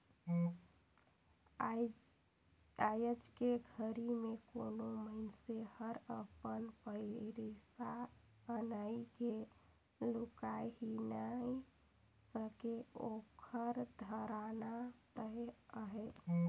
आयज के घरी मे कोनो मइनसे हर अपन पइसा अनई के लुकाय ही नइ सके ओखर धराना तय अहे